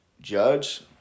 judge